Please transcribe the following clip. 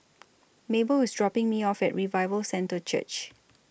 Mabell IS dropping Me off At Revival Centre Church